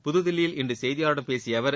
புதுதில்லியில் இன்று செய்தியாளர்களிடம் பேசிய அவர்